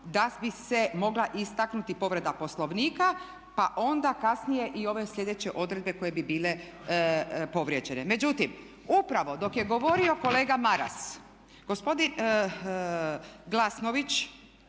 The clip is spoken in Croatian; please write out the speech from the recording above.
da bi se mogla istaknuti povreda Poslovnika pa onda kasnije i ove sljedeće odredbe koje bi bile povrijeđene. Međutim, upravo dok je govorio kolega Maras gospodin Glasnović